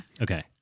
Okay